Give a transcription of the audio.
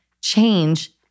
change